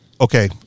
okay